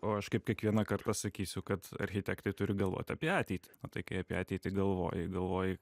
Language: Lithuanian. o aš kaip kiekvieną kartą sakysiu kad architektai turi galvoti apie ateitį okai apie ateitį galvoji galvoji